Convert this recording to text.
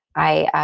i.